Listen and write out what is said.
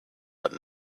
but